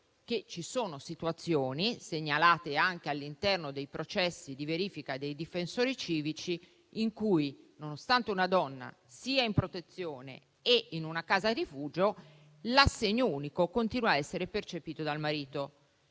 ci sono situazioni, segnalate anche all'interno dei processi di verifica dei difensori civici, in cui, nonostante una donna sia in protezione e in una casa rifugio, l'assegno unico continua a essere percepito dal marito.